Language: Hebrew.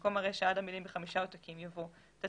במקום הרישה עד המילים "בחמישה עותקים" יבוא "תצהיר